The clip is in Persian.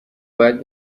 باید